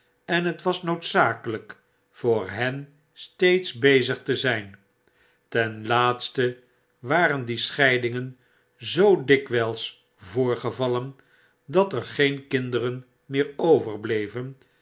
en het was noodzakelyk voor hen steeds bezig te zyn ten laatste waren die scheidingen zoo dikwuls voorgevallen dat er geen kinderen meer overbleven